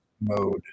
mode